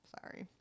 Sorry